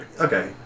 Okay